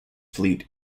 fleet